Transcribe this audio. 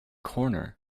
corner